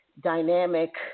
Dynamic